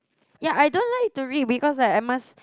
ya I don't like to read because I I must